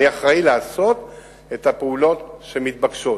אני אחראי לעשות את הפעולות שמתבקשות.